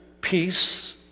Peace